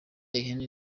ihene